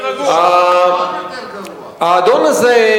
האדון הזה,